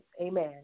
amen